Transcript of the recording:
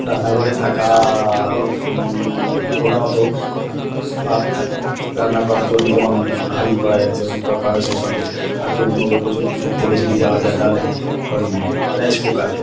রান্নাঘরে থাকা প্রধানত ভাত রান্না করার জন্যে যেমন হাঁড়ি কড়াইয়ের যেমন দরকার হয় সেই সঙ্গে আরেকটু উন্নত প্রযুক্তির দিক থেকে যদি যাওয়া যায় তাহলে ওই রাইস কুকার